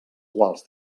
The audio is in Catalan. quals